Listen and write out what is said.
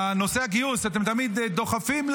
בנושא הגיוס אתם תמיד דוחפים,